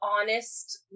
honest